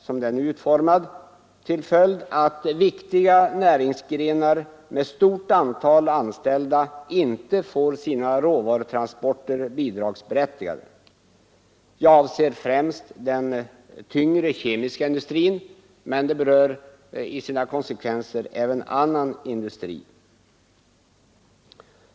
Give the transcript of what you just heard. Som den nu är utformad har den till följd att viktiga näringsgrenar med ett stort antal anställda inte får sina råvarutransporter bidragsberättigade. Jag avser här främst den tyngre kemiska industrin, men konsekvenserna drabbar även annan industri.